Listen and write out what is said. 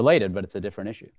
related but it's a different issue